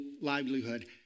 livelihood